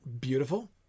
beautiful